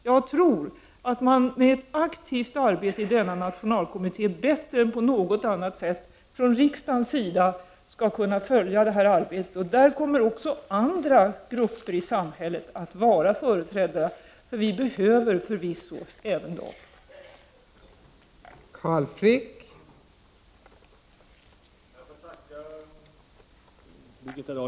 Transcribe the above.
Jag tror att man med en aktiv medverkan i denna nationalkommitté bättre än på något annat sätt från riksdagens sida skall kunna följa det här arbetet. I kommittén kommer också andra grupper i samhället att vara företrädda. Vi behöver förvisso även deras medverkan.